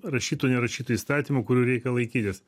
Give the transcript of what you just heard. rašytų nerašytų įstatymų kurių reikia laikytis